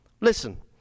listen